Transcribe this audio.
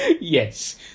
Yes